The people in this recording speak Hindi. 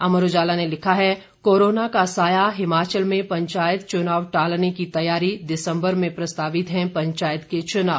अमर उजाला ने लिखा है कोरोना का साया हिमाचल में पंचायत चुनाव टालने की तैयारी दिसंबर में प्रस्तावित हैं पंचायत के चुनाव